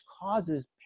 causes